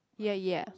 ya ya